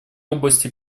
области